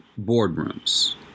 boardrooms